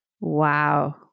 Wow